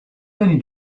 many